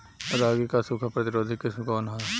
रागी क सूखा प्रतिरोधी किस्म कौन ह?